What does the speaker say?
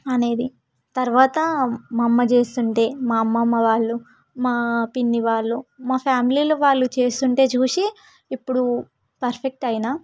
అనేది తరువాత మా అమ్మ చేస్తుంటే మా అమ్మమ్మ వాళ్ళు మా పిన్ని వాళ్ళు మా ఫ్యామిలీలో వాళ్ళు చేస్తుంటే చూసి ఇప్పుడు పర్ఫెక్ట్ అయ్యాను